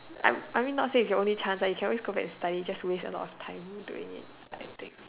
I I mean not say it's your only chance lah you can always go back and study just to waste a lot of time doing it I think